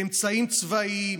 באמצעים צבאיים,